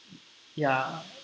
ya